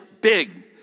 big